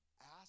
ask